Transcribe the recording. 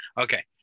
Okay